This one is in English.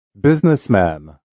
Businessman